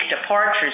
departures